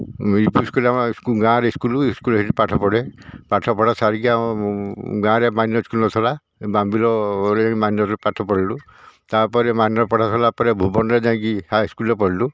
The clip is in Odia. ୟୁ ପି ସ୍କୁଲ୍ ଆମ ସ୍କୁଲ୍ ଗାଁରେ ସ୍କୁଲ୍ ସ୍କୁଲ୍ରେ ସେଇଠି ପାଠ ପଢ଼େ ପାଠପଢ଼ା ସାରିକି ଆମ ଗାଁରେ ମାଇନର୍ ସ୍କୁଲ୍ ନଥିଲା ବାମବିଲ୍ରେ ମାଇନର୍ରେ ପାଠ ପଢ଼ିଲୁ ତା'ପରେ ମାଇନର୍ ପଢ଼ା ସରିଲା ପରେ ଭୁବନରେ ଯାଇଁକି ହାଇସ୍କୁଲ୍ରେ ପଢ଼ିଲୁ